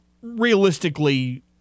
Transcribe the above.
realistically